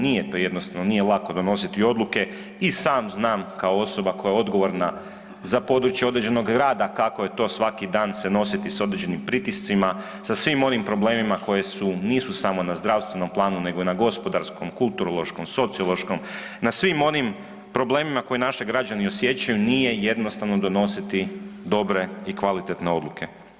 Nije to jednostavno, nije lako donositi odluke i sam znam kao osoba koja je odgovorna za područje određenog rada kako je to svaki dan se nositi s određenim pritiscima, sa svim onim problemima koje nisu samo na zdravstvenom planu nego i na gospodarskom, kulturološkom, sociološkom, na svim onim problemima koje naši građani osjećaju nije jednostavno donositi dobre i kvalitetne odluke.